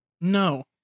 No